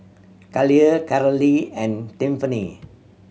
Khalil Carolee and Tiffany